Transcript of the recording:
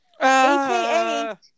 aka